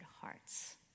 hearts